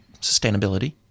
sustainability